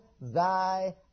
thy